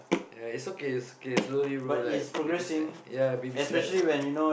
ya it's okay it's okay slowly bro like baby step ya baby steps ah